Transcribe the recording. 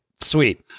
Sweet